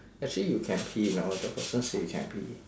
actually you can pee you know the person say you can pee